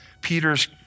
Peter's